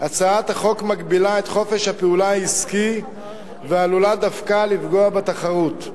הצעת החוק מגבילה את חופש הפעולה העסקי ועלולה דווקא לפגוע בתחרות.